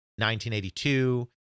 1982